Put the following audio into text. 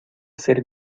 hacer